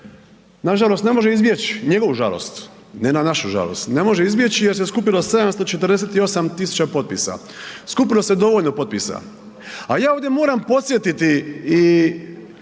nažalost ne može izbjeć, njegovu žalost, ne na našu žalost, ne može izbjeći jer se skupilo 748 000 potpisa, skupilo se dovoljno potpisa, a ja ovdje moram podsjetiti i